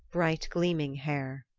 bright-gleaming hair.